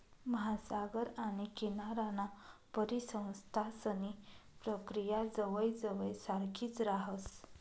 महासागर आणि किनाराना परिसंस्थांसनी प्रक्रिया जवयजवय सारखीच राहस